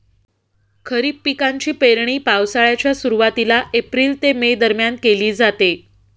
खरीप पिकांची पेरणी पावसाळ्याच्या सुरुवातीला एप्रिल ते मे दरम्यान केली जाते